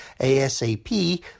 ASAP